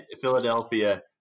Philadelphia